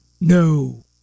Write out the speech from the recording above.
No